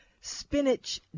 spinach